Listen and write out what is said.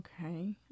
Okay